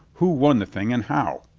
who won the thing and how?